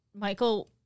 Michael